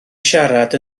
siarad